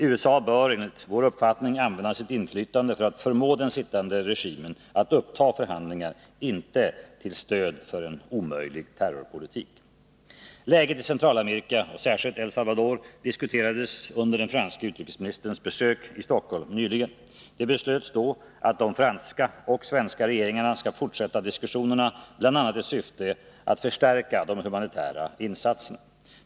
USA bör, enligt vår uppfattning, använda sitt inflytande för att förmå den sittande regimen att uppta förhandlingar, inte till stöd för en omöjlig terrorpolitik. Läget i Centralamerika, och särskilt i El Salvador, diskuterades under den franske utrikesministerns besök i Stockholm nyligen. Det beslöts då att den franska och den svenska regeringen skall fortsätta diskussionerna, bl.a. i syfte att förstärka de humanitära insatserna.